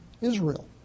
Israel